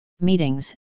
meetings